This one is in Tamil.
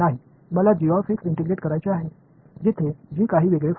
நான் குவாடுரேசா் விதியை மாற்ற வேண்டுமா